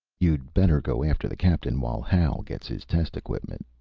you'd better go after the captain while hal gets his test equipment.